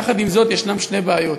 יחד עם זאת, יש שתי בעיות: